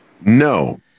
No